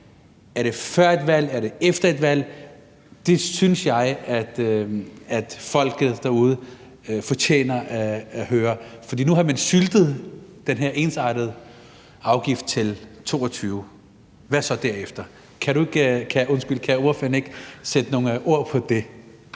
Er det før et valg? Er det efter et valg? Det synes jeg folket derude fortjener at høre, for nu har man syltet den her ensartede afgift til 2022 – hvad så derefter? Kan ordføreren ikke sætte nogle ord på det?